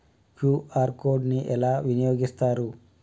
QR code ని ఎలా వినియోగిస్తారు?